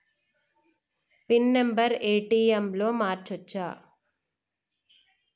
Pin number ATM లో మార్చచ్చా?